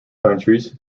countries